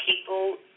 people